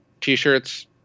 T-shirts